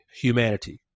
humanity